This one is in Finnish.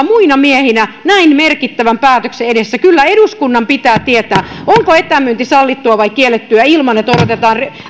muina miehinä näin merkittävän päätöksen edessä kyllä eduskunnan pitää tietää onko etämyynti sallittua vai kiellettyä ilman että odotetaan